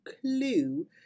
clue